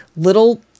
Little